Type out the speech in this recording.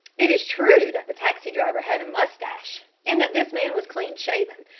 it is true that the taxi-driver had a moustache and that this man was clean-shaven,